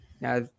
Now